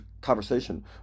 conversation